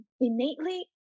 innately